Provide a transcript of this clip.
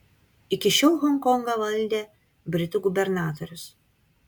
iki šiol honkongą valdė britų gubernatorius